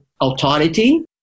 authority